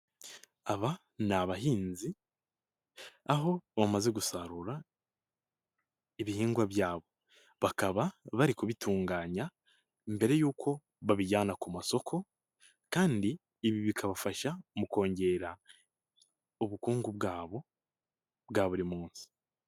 Aba ni abahinzi aho bamaze gusarura ibihingwa byabo, bakaba bari kubitunganya mbere y'uko babijyana ku masoko kandi ibi bikabafasha mu kongera ubukungu bwabo bwa buri munsi.